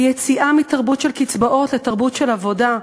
יציאה מתרבות של קצבאות לתרבות של עבודה.